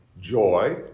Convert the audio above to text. joy